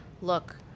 look